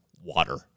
Water